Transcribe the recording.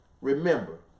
remember